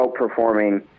outperforming